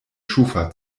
schufa